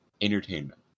entertainment